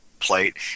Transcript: plate